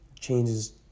changes